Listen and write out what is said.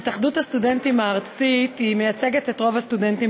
התאחדות הסטודנטים הארצית מייצגת את רוב הסטודנטים